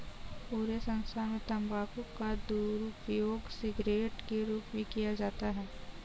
पूरे संसार में तम्बाकू का दुरूपयोग सिगरेट के रूप में किया जाता है